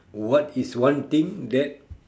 what is one thing that